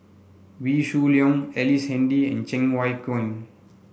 Wee Shoo Leong Ellice Handy and Cheng Wai Keung